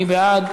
מי בעד?